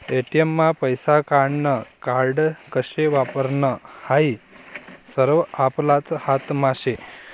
ATM मा पैसा काढानं कार्ड कशे वापरानं हायी सरवं आपलाच हातमा शे